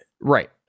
right